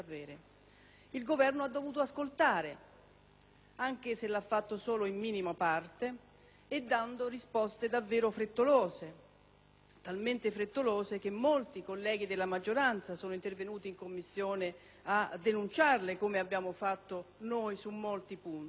Il Governo ha dovuto ascoltare, anche se lo ha fatto solo in minima parte e dando risposte davvero frettolose, talmente frettolose che molti colleghi della maggioranza sono intervenuti in Commissione a denunciarle, come abbiamo fatto noi, su molti punti.